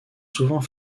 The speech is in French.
souvent